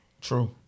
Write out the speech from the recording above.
True